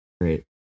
Great